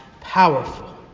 powerful